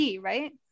right